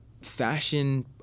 fashion